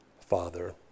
Father